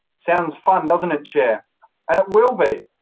sounds fun, doesn't it, chair and it will be.